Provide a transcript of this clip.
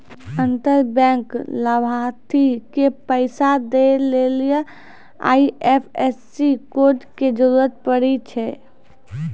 अंतर बैंक लाभार्थी के पैसा दै लेली आई.एफ.एस.सी कोड के जरूरत पड़ै छै